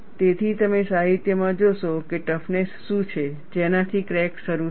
તેથી તમે સાહિત્યમાં જોશો કે ટફનેસ શું છે જેનાથી ક્રેક શરૂ થાય છે